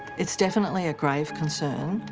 it's definitely a grave concern.